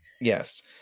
Yes